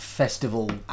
festival